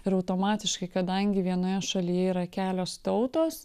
ir automatiškai kadangi vienoje šalyje yra kelios tautos